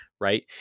right